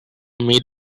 meat